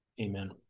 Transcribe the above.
Amen